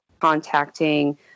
contacting